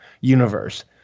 universe